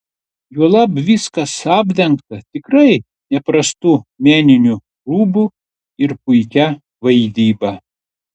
juolab viskas apdengta tikrai neprastu meniniu rūbu ir puikia vaidyba